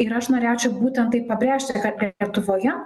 ir aš norėčiau būtent taip pabrėžti kad lietuvoje